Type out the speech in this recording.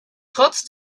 trotz